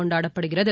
கொண்டாடப்படுகிறது